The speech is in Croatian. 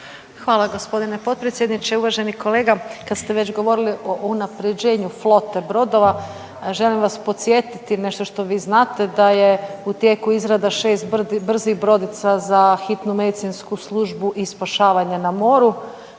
Hvala g. potpredsjedniče. Uvažen kolega, kad ste već govorili o unaprjeđenju flote brodova želim vas podsjetiti na što što vi znate da je u tijeku izrada 6 brzih brodica za Hitnu medicinsku službu i spašavanja na moru,